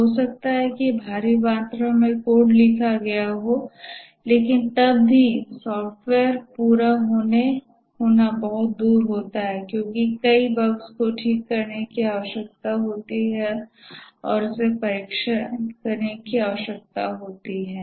हो सकता है कि भारी मात्रा में कोड लिखा गया हो लेकिन तब भी सॉफ्टवेयर पूरा होना बहुत दूर होता है क्योंकि कई बग्स को ठीक करने की आवश्यकता होती है और इसे परीक्षण करने की आवश्यकता होती है